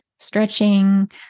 Stretching